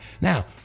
now